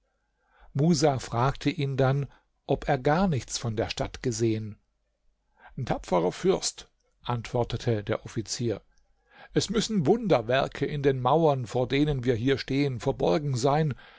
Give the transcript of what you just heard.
musa fragte ihn dann ob er gar nichts von der stadt gesehen tapferer fürst antwortete der offizier es müssen wunderwerke in den mauern vor denen wir hier stehen verborgen sein